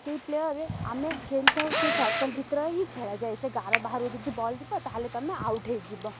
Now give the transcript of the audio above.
ସେଇ ପ୍ଲେୟର୍ରେ ଆମେ ଖେଳି ଥାଉ ସେ ସର୍କଲ୍ ଭିତରେ ହିଁ ଖେଳାଯାଏ ସେ ଗାର ବାହାରୁ ଯଦି ବଲ୍ ଯିବ ତା'ହେଲେ ତମେ ଆଉଟ୍ ହୋଇଯିବ